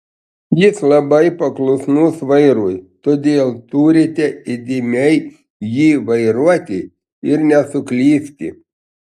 jis labai paklusnus vairui todėl turite įdėmiai jį vairuoti ir nesuklysti